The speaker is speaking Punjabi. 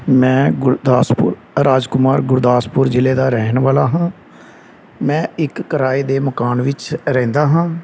ਮੈਂ ਗੁਰਦਾਸਪੁਰ ਰਾਜਕੁਮਾਰ ਗੁਰਦਾਸਪੁਰ ਜ਼ਿਲ੍ਹੇ ਦਾ ਰਹਿਣ ਵਾਲਾ ਹਾਂ ਮੈਂ ਇੱਕ ਕਿਰਾਏ ਦੇ ਮਕਾਨ ਵਿੱਚ ਰਹਿੰਦਾ ਹਾਂ